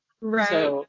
Right